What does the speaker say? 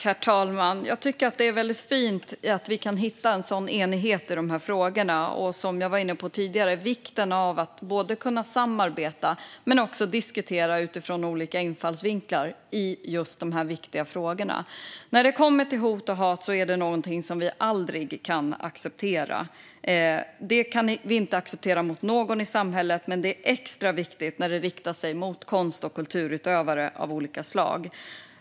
Herr talman! Jag tycker att det är fint att vi kan hitta en sådan enighet och, som jag var inne på tidigare, ser vikten av att kunna samarbeta men också diskutera utifrån olika infallsvinklar i de här viktiga frågorna. Hot och hat är någonting som vi aldrig kan acceptera mot någon i samhället. Det är extra viktigt när det riktas mot konst och kulturutövare av olika slag.